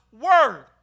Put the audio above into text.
word